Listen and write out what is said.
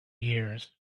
years